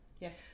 Yes